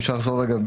אם אפשר לחזור רגע,